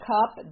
Cup